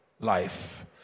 life